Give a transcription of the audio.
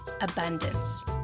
abundance